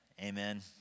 amen